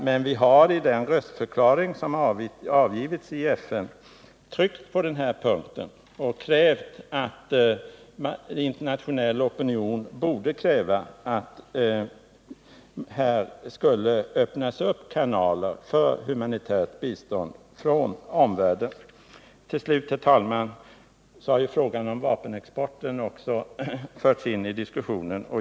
Men vi har i den röstförklaring som avgivits i FN tryckt på detta och uttalat att man borde kräva att det öppnas kanaler för humanitärt bistånd från omvärlden. Till sist, herr talman, har frågan om vapenexporten också förts in i diskussionen.